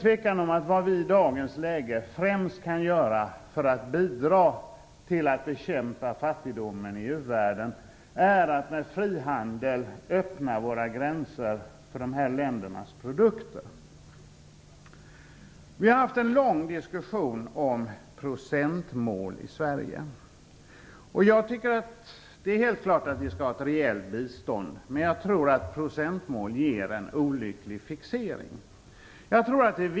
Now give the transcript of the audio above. Vad vi i dagens läge främst kan göra för att bidra till att bekämpa fattigdomen i u-världen är att med frihandel öppna våra gränser för dessa länders produkter. Vi har haft en lång diskussion om procentmål i Sverige. Det är helt klart att vi skall ha ett rejält bistånd. Men jag tror att procentmål ger en olycklig fixering.